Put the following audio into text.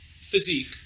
physique